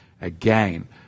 again